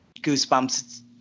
goosebumps